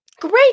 Great